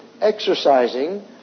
exercising